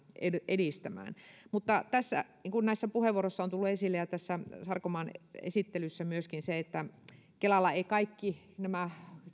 edistämään mutta niin kuin näissä puheenvuoroissa on tullut esille ja myöskin tässä sarkomaan esittelyssä kelalla eivät kaikki nämä